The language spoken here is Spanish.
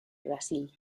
brasil